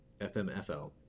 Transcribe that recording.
FMFL